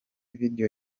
video